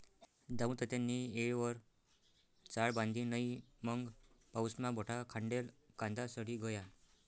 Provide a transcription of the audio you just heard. दामुतात्यानी येयवर चाळ बांधी नै मंग पाऊसमा बठा खांडेल कांदा सडी गया